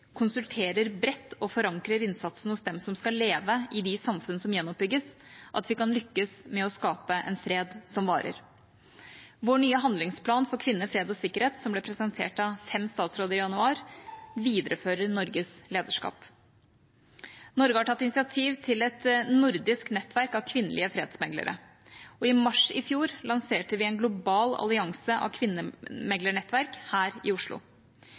konsulterer bredt og forankrer innsatsen hos dem som skal leve i de samfunnene som gjenoppbygges, at vi kan lykkes med å skape en fred som varer. Vår nye handlingsplan for kvinner, fred og sikkerhet – som ble presentert av fem statsråder i januar – viderefører Norges lederskap. Norge har tatt initiativ til et nordisk nettverk av kvinnelige fredsmeglere, og i mars i fjor lanserte vi en global allianse av kvinnemeglernettverk her i Oslo.